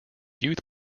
youth